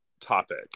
topic